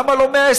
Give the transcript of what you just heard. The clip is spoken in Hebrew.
למה לא 121?